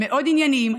מאוד ענייניים,